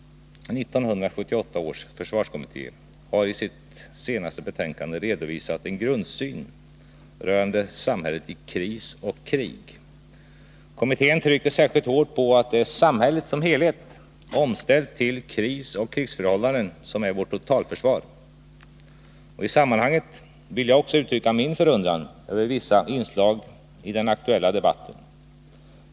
1978 års försvarskommitté har i sitt senaste betänkande redovisat en grundsyn rörande samhället i kris och krig. Kommittén trycker särskilt hårt på att det är samhället som helhet, omställt till kriseller krigsförhållanden, som är vårt totalförsvar. I sammanhanget vill jag också uttrycka min förundran över vissa inslag i den aktuella debatten.